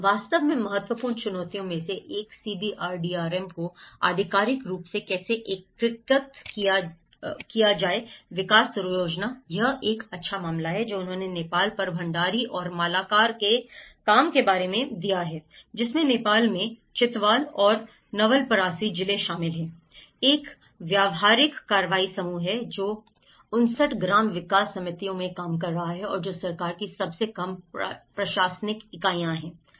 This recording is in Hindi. वास्तव में महत्वपूर्ण चुनौतियों में से एक CBRDRM को आधिकारिक रूप से कैसे एकीकृत किया जाए विकास योजना यह एक अच्छा मामला है जो उन्होंने नेपाल पर भंडारी और मालाकार के काम के बारे में दिया है जिसमें नेपाल में चितवाल और नवलपरासी जिले शामिल हैं एक व्यावहारिक कार्रवाई समूह है जो 59 ग्राम विकास समितियों में काम कर रहा था और जो सरकार की सबसे कम प्रशासनिक इकाइयां हैं